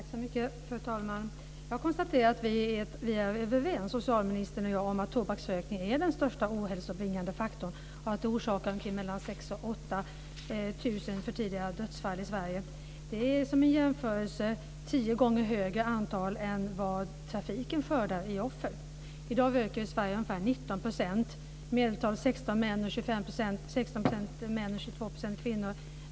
Fru talman! Jag konstaterar att vi är överens, socialministern och jag, om att tobaksrökning är den största ohälsobringande faktorn och att den orsakar mellan 6 000 och 8 000 för tidiga dödsfall per år i Sverige. Antalet är, som en jämförelse, tio gånger större än antalet offer som trafiken skördar. I dag röker i Sverige ungefär 19 % i medeltal, 16 % män och 22 % kvinnor.